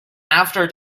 after